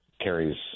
carries